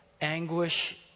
anguish